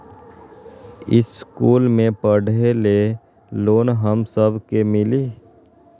इश्कुल मे पढे ले लोन हम सब के मिली?